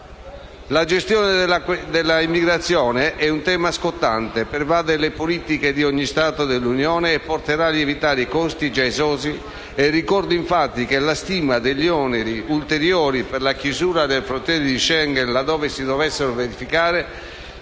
La gestione dell'immigrazione è un tema scottante, pervade le politiche di ogni Stato dell'Unione e porterà a lievitare i costi già esosi. Ricordo, infatti, che la stima degli oneri ulteriori per la chiusura delle frontiere interne Schengen, laddove si dovesse verificare,